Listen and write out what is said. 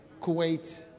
Kuwait